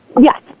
Yes